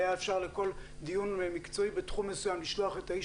היה אפשר לכל דיון מקצועי בתחום מסוים לשלוח את האיש